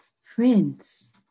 Friends